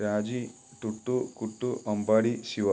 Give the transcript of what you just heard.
രാജി ടുട്ടു കുട്ടു അമ്പാടി ശിവ